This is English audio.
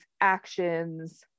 actions